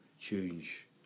Change